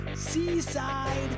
seaside